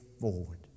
forward